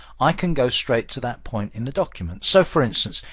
i can go straight to that point in the document. so for instance,